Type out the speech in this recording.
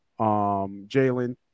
Jalen